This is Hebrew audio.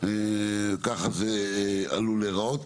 ככה זה עלול להיראות.